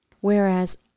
Whereas